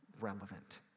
relevant